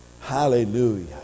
Hallelujah